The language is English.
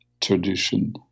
tradition